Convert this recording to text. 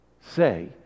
say